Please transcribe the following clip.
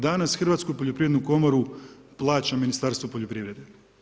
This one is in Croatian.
Danas hrvatsku poljoprivrednu komoru plaća Ministarstvo poljoprivrede.